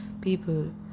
people